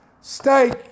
steak